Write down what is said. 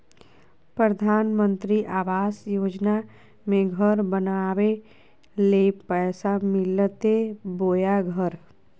प्रधानमंत्री आवास योजना में घर बनावे ले पैसा मिलते बोया घर?